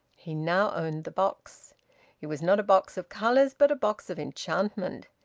he now owned the box it was not a box of colours, but a box of enchantment.